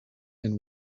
and